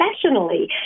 professionally